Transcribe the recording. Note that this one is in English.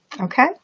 Okay